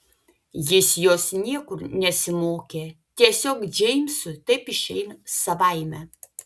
jis jos niekur nesimokė tiesiog džeimsui taip išeina savaime